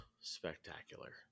spectacular